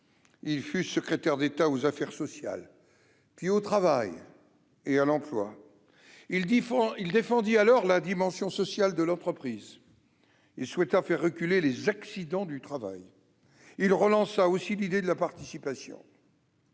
il fut secrétaire d'État aux affaires sociales, puis au travail et à l'emploi. Il défendit alors la dimension sociale de l'entreprise, il souhaita faire reculer les accidents du travail, il relança aussi l'idée de la participation.